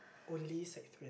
only sec-three and